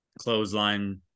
clothesline